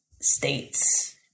states